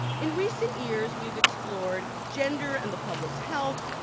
in recent years, we've explored gender and the public's health,